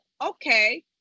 okay